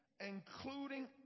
including